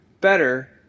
better